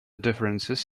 differences